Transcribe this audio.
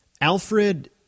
Alfred